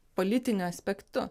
politiniu aspektu